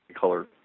color